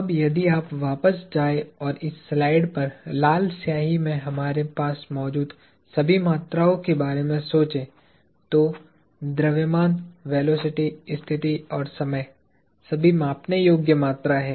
अब यदि आप वापस जाएं और इस स्लाइड पर लाल स्याही में हमारे पास मौजूद सभी मात्राओं के बारे में सोचें तो द्रव्यमान वेलोसिटी स्थिति और समय सभी मापने योग्य मात्राएं हैं